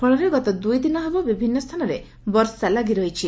ଫଳରେ ଗତ ଦୁଇଦିନ ହେବ ବିଭିନ୍ନ ସ୍ଥାନରେ ବର୍ଷା ଲାଗିରହିଛି